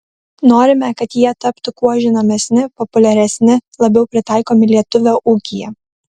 norime kad jie taptų kuo žinomesni populiaresni labiau pritaikomi lietuvio ūkyje